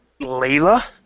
Layla